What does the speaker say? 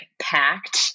packed